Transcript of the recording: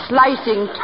slicing